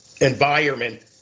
environment